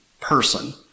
person